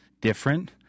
different